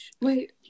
Wait